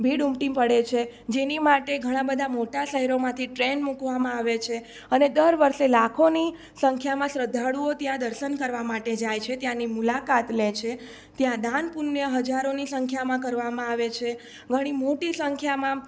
ભીળ ઉમટી પડે છે જેની માટે ઘણા બધા મોટા શહેરોમાંથી ટ્રેન મૂકવામાં આવે છે અને દર વર્ષે લાખોની સંખ્યામાં શ્રદ્ધાળુઓ ત્યાં દર્શન કરવા માટે જાય છે ત્યાંની મુલાકાત લે છે ત્યાં દાન પુન્ય હજારોની સંખ્યામાં કરવામાં આવે છે ઘણી મોટી સંખ્યામાં